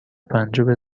پنجم